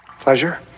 Pleasure